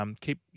Keep